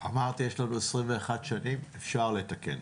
אמרתי, יש לנו 21 שנים, ואפשר לתקן.